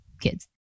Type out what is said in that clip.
kids